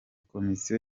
komisiyo